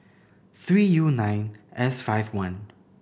three U nine S five one